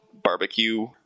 Barbecue